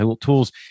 tools